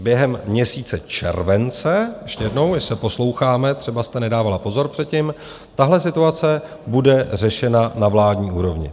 Během měsíce července ještě jednou, když se posloucháme, třeba jste nedávala pozor předtím tahle situace bude řešena na vládní úrovni.